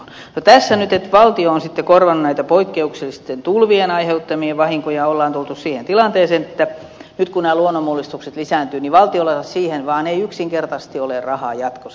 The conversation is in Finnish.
nyt kun valtio on sitten korvannut näitä poikkeuksellisten tulvien aiheuttamia vahinkoja on tultu siihen tilanteeseen että nyt kun nämä luonnonmullistukset lisääntyvät niin valtiolla ei vaan siihen yksinkertaisesti ole rahaa jatkossa